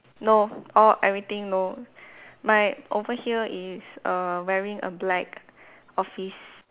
no all everything no my over here is err wearing a black office